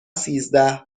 سیزده